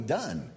done